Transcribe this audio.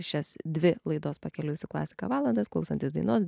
šias dvi laidos pakeliui su klasika valandas klausantis dainos